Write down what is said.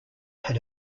had